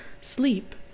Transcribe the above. Sleep